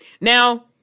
Now